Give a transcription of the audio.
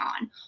on